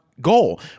goal